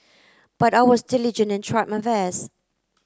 but I was diligent and tried my best